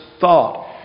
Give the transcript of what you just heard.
thought